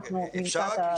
אנחנו נמצא את הפתרון.